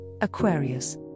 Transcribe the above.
Aquarius